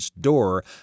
door